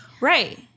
right